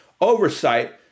oversight